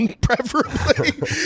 preferably